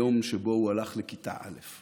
היום שבו הוא הלך לכיתה א'